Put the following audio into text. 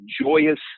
joyous